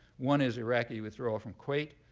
one is iraqi withdrawal from kuwait.